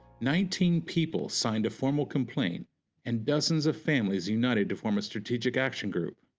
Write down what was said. nineteen people signed a formal complaint and dozens of families united to form a strategic action group.